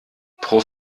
pro